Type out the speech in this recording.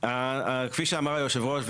כפי שאמר יושב הראש,